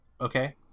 Okay